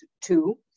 two